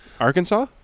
arkansas